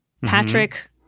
Patrick